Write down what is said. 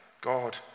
God